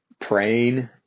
Praying